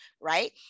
right